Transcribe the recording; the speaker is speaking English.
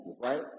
Right